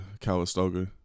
Calistoga